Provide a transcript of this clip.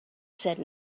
said